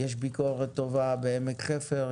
יש ביקורת טובה בעמק חפר,